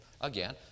Again